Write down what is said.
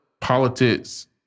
politics